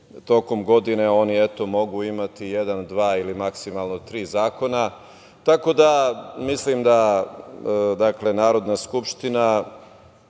tokom godine oni, eto, mogu imati jedan, dva ili maksimalno tri zakona, tako da mislim da Narodna skupština